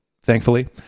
thankfully